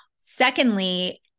Secondly